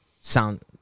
sound